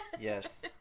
Yes